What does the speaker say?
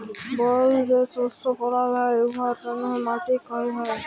বল যে শস্য ফলাল হ্যয় উয়ার জ্যনহে মাটি ক্ষয় হ্যয়